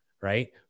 Right